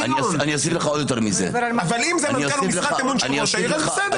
אבל אם המנכ"ל הוא משרת אמון של ראש העיר אז בסדר.